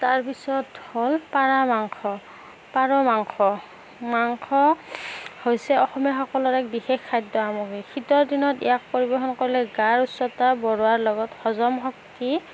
তাৰ পিছত হ'ল পাৰা মাংস পাৰ মাংস মাংস হৈছে অসমীয়া সকলৰ এক বিশেষ খাদ্যসামগ্ৰী শীতৰ দিনত ইয়াক পৰিবেশন কৰিলে গাৰ উচ্চতা বঢ়োৱাৰ লগত হজম শক্তি